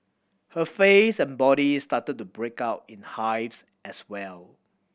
her face and body started to break out in hives as well